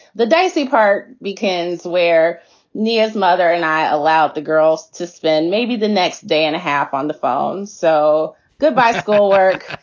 the dicey part begins where nia's mother and i allowed the girls to spend maybe the next day and a half on the phone. so goodbye school work,